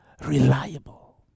reliable